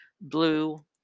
blue